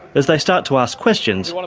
as they start to ask questions,